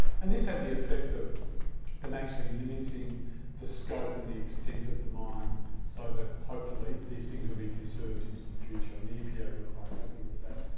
and this had the effect of them actually limiting the scope and the extent of the mine so that hopefully these things will be conserved into the future, and the epa were quite happy with that.